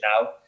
now